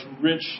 rich